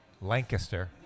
Lancaster